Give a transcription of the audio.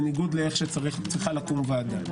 בניגוד לאיך שצריכה לקום ועדה.